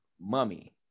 mummy